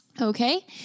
Okay